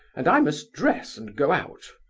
and i must dress and go out.